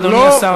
אדוני השר.